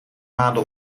maande